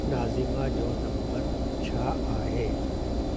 नाज़िमा जो नम्बर छा आहे